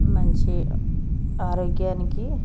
మంచి ఆరోగ్యానికి